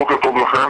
בוקר טוב לכם,